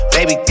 Baby